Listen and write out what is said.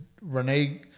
Renee